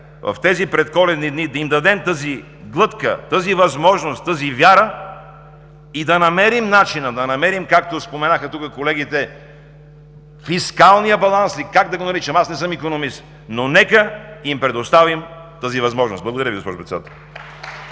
в тези предколедни дни да им дадем тази глътка, тази възможност, тази вяра и да намерим начина, да намерим, както споменаха колегите, фискалния баланс ли, как да го наричам? Аз не съм икономист. Нека им предоставим тази възможност. Благодаря Ви, госпожо Председател.